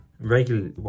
regular